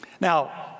Now